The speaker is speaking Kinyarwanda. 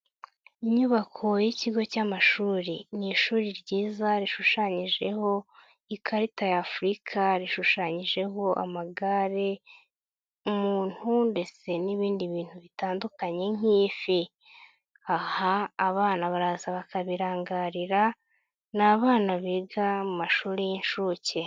Inyubako y'ikigo cy'amashuri. Ni ishuri ryiza rishushanyijeho ikarita ya Afurika, rishushanyijeho amagare, umuntu ndetse n'ibindi bintu bitandukanye nk'ifi. Aha abana baraza bakabirangarira, ni abana biga mu mashuri y'inshuke.